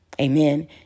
Amen